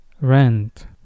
rent